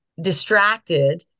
distracted